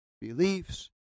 Beliefs